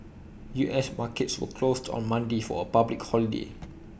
U S markets were closed on Monday for A public holiday